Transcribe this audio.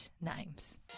names